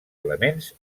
elements